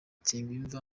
nsengiyumva